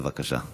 בבקשה.